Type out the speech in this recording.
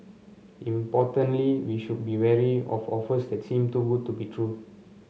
importantly we should be wary of offers that seem too good to be true